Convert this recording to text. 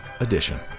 edition